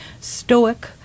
stoic